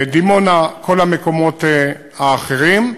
דימונה, כל המקומות האחרים.